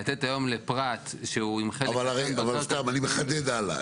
לתת היום לפרט שהוא עם --- סתם אני מחדד הלאה.